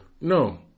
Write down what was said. No